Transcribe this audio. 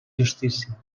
justícia